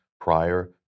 prior